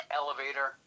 elevator